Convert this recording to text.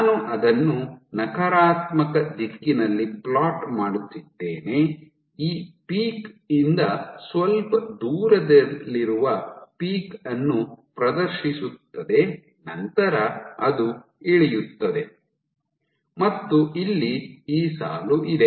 ನಾನು ಅದನ್ನು ನಕಾರಾತ್ಮಕ ದಿಕ್ಕಿನಲ್ಲಿ ಫ್ಲೋಟ್ ಮಾಡುತ್ತಿದ್ದೇನೆ ಈ ಪೀಕ್ ದಿಂದ ಸ್ವಲ್ಪ ದೂರದಲ್ಲಿರುವ ಪೀಕ್ ಅನ್ನು ಪ್ರದರ್ಶಿಸುತ್ತದೆ ನಂತರ ಅದು ಇಳಿಯುತ್ತದೆ ಮತ್ತು ಇಲ್ಲಿ ಈ ಸಾಲು ಇದೆ